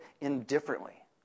indifferently